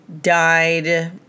died